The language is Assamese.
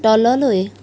তললৈ